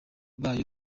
bayo